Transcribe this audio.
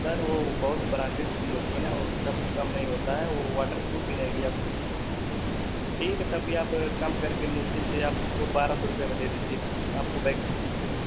sir वो बहुत branded चीज होती है ना वो सब कम नहीं होता है वो वाटर प्रूफ भी रहेगी आपकी ठीक है तब भी आप कम करके मुश्किल से आप उसको बारह सौ रुपये में दे दीजिएगा आपको बैग खरीदेंगे